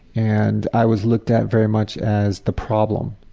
and i was looked at very much as the problem,